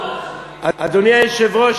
אדוני היושב-ראש,